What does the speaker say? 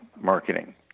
marketing